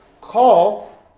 call